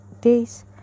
days